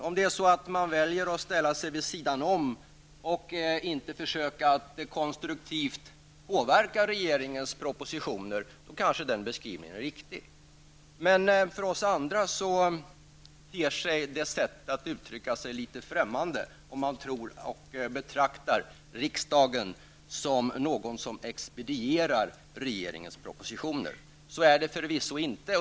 Om man väljer att ställa sig vid sidan om och inte försöka att konstruktivt påverka regeringes propositioner, kanske den beskrivningen är riktig. Men för oss andra ter sig det sättet att uttrycka sig, att betrakta riksdagen som något som expedierar regeringens propositioner, litet främmande. Så är det förvisso inte.